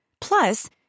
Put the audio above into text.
Plus